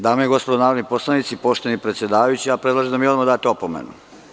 Dame i gospodo narodni poslanici, poštovani predsedavajući, predlažem da mi odmah date opomenu.